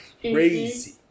crazy